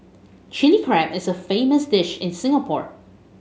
Chilli Crab is a famous dish in Singapore